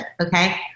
okay